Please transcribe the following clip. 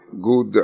good